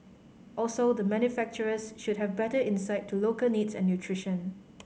also the manufacturers should have better insight to local needs and nutrition